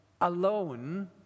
Alone